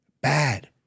bad